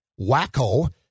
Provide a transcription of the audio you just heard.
wacko